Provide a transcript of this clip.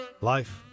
Life